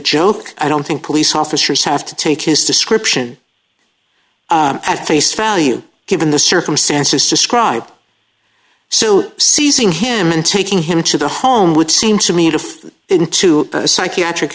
joke i don't think police officers have to take his description at face value given the circumstances described so seizing him and taking him to the home would seem to me to fit into a psychiatric